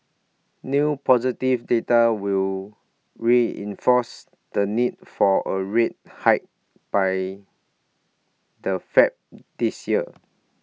new positive data will reinforce the need for A rate hike by the fed this year